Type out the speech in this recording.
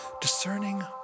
Discerning